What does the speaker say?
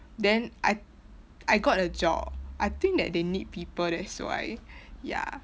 then I I got the job I think that they need people that's why ya